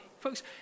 Folks